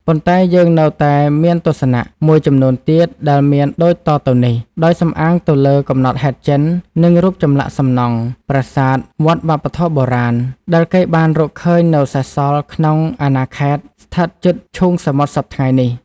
ប៉ុន្តែយើងនៅតែមានទស្សនៈ មួយចំនួនទៀត ដែលមានដូចតទៅនេះ ដោយសំអាងទៅលើកំណត់ហេតុចិន និងរូបចម្លាក់សំណង់ ប្រាសាទវត្តវប្បធម៌បុរាណ ដែលគេបានរកឃើញនៅសេសសល់ក្នុងអាណាខេត្តស្ថិតជិតឈូងសមុទ្រសព្វថ្ងៃនេះ។